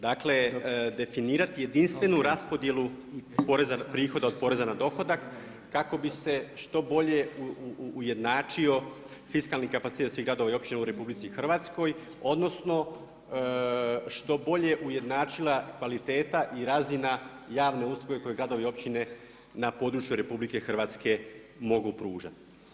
Dakle, definirati jedinstvenu raspodjelu prihoda od poreza na dohodak kako bi se što bolje ujednačio fiskalni kapacitet svih gradova i općina u RH, odnosno što bolje ujednačila kvaliteta i razina javne usluge koju gradovi i općine na području RH mogu pružati.